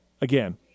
again